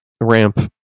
ramp